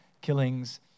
killings